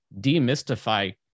demystify